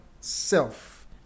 self